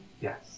Yes